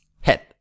head